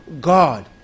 God